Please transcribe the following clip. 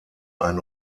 ein